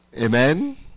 Amen